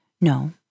No